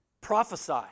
Prophesy